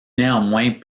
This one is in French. néanmoins